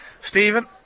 Stephen